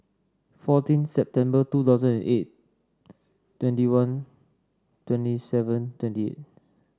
fourteen September two thousand and eight twenty one twenty seven twenty eight